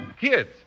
Kids